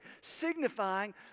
signifying